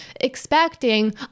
expecting